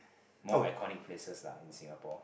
more iconic places lah in Singapore